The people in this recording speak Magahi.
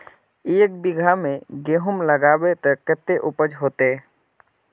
एक बिगहा में गेहूम लगाइबे ते कते उपज होते?